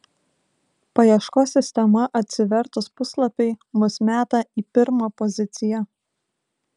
paieškos sistema atsivertus puslapiui mus meta į pirmą poziciją